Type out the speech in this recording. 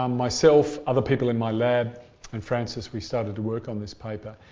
um myself, other people in my lab and frances, we started to work on this paper,